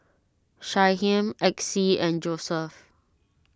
Shyheim Exie and Joseph